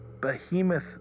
behemoth